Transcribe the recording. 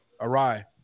awry